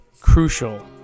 crucial